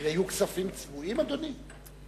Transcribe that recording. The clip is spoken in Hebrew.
אלה יהיו כספים צבועים, אדוני?